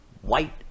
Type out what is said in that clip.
white